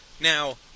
Now